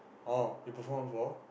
oh you perform for